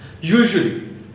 Usually